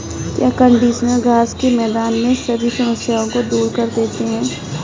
क्या कंडीशनर घास के मैदान में सभी समस्याओं को दूर कर देते हैं?